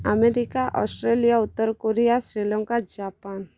America Australia ଉତ୍ତର Korea Sri Lanka Japan